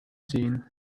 seen